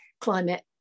Climate